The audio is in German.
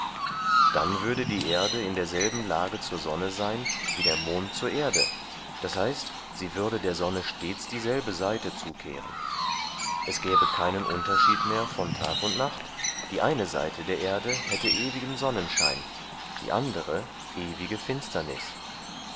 dann würde die erde in derselben lage zur sonne sein wie der mond zur erde das heißt sie würde der sonne stets dieselbe seite zukehren es gäbe keinen unterschied mehr von tag und nacht die eine seite der erde hätte ewigen sonnenschein die andere ewige finsternis